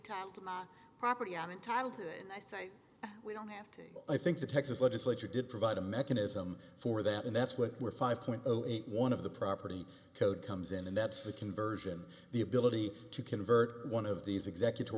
time to my property i'm entitled to and i say we don't have to i think the texas legislature did provide a mechanism for that and that's what were five point zero eight one of the property code comes in and that's the conversion the ability to convert one of these executive